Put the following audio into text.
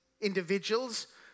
individuals